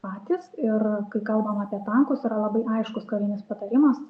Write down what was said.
patys ir kai kalbam apie tankus yra labai aiškus karinis patarimas